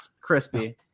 crispy